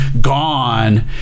gone